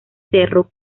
cerro